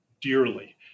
dearly